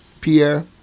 Pierre